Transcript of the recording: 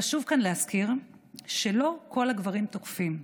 חשוב להזכיר כאן שלא כל הגברים תוקפים,